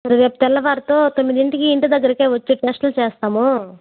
రేపు తెల్లవారితో తొమ్మిదింటికి ఇంటి దగ్గరికే వచ్చి టెస్ట్లు చేస్తాము